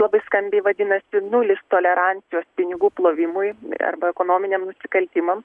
labai skambiai vadinasi nulis tolerancijos pinigų plovimui arba ekonominiam nusikaltimam